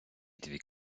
дві